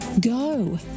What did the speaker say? Go